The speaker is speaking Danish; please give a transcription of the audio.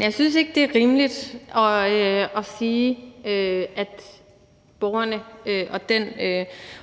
Jeg synes ikke, det er rimeligt at sige, at hensynet til borgerne og den